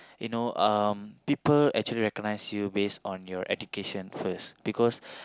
you know um people actually recognise you based on your education first because